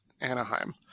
Anaheim